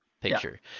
picture